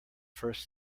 first